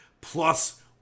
plus